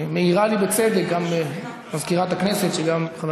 מעירה לי בצדק גם מזכירת הכנסת שגם חבר